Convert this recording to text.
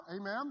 amen